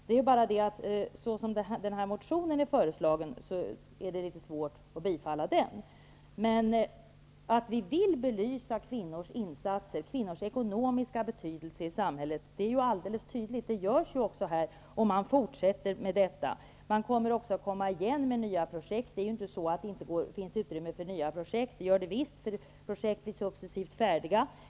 Det är bara det, att såsom motionen är skriven är det svårt att bifalla den, men det är alldeles tydligt att vi vill belysa kvinnors insatser och kvinnors ekonomiska betydelse i samhället. Det kommer också nya projekt. Det finns alltså utrymme för sådana, när pågående projekt successivt blir färdiga.